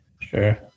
Sure